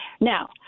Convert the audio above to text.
Now